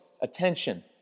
attention